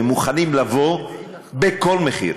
הם מוכנים לבוא בכל מחיר.